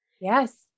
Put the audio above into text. Yes